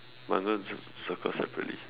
but I'm gonna cir~ circle separately